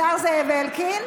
השר זאב אלקין.